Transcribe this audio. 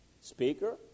speaker